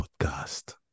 podcast